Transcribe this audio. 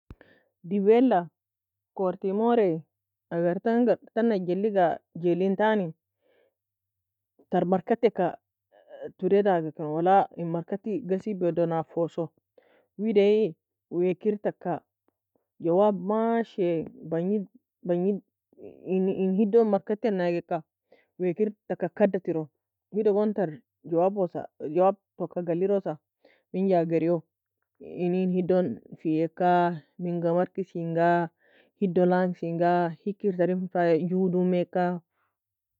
Dibaila kurtimore agar tana geli ga awie entani ter murkati ka toure dago wala en markati gasie dou nafo soe wida ei wae kir taka جواب mashi bangid bangid en hidow murkati nagi ka wei kir taka kada tero wida gon ter جواب toe ka galirosa menga a geriou enien hedo feieka menga markisien ga hedo langiesn ga hikr taren fa go doume ka